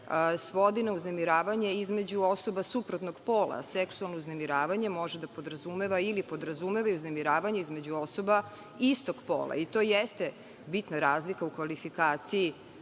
svodi na uznemiravanje između osoba suprotnog pola, a seksualno uznemiravanje može da podrazumeva ili podrazumeva uznemiravanje između osoba i istog pola. To jeste bitna razlika u kvalifikaciji